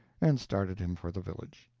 and started him for the village.